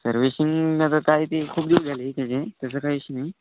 servicing आता काय ते खूप दिवस झाले त्याचे त्याचा काय इशू नाही